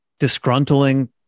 disgruntling